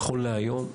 נכון להיום.